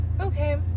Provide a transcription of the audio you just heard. okay